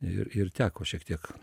ir ir teko šiek tiek